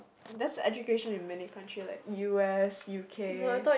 and that's what education in many country like U_S U_K